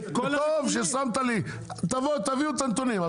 טוב ששמת לי, תבוא תביאו את הנתונים.